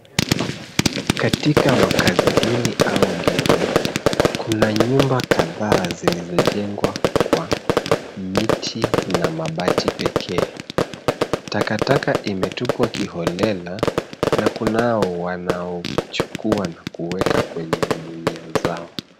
Katika makazi duni au ghetto , kuna nyumba kadhaa zilizojengwa kwa miti na mabati pekee. Takataka imetupwa kiholela, na kunao wanaochukua na kuweka kwenye magunia zao.